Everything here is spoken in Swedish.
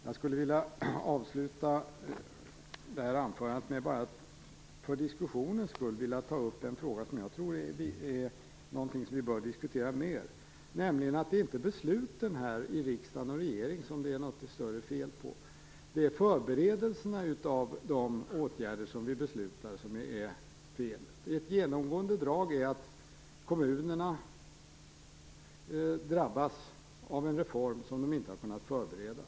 Jag skulle vilja avsluta med att för diskussionens skull ta upp en fråga som jag tror att vi bör diskutera mer, nämligen att det inte är besluten som det är fel på. Det är förberedelserna av de åtgärder som vi beslutar om som det är fel. Ett genomgående drag är att kommunerna drabbas av en reform som de inte har kunnat förbereda.